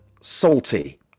Salty